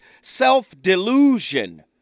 Self-delusion